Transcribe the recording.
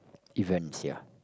events ya